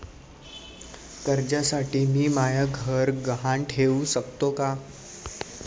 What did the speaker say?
कर्जसाठी मी म्हाय घर गहान ठेवू सकतो का